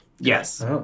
Yes